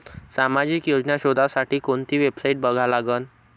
सामाजिक योजना शोधासाठी कोंती वेबसाईट बघा लागन?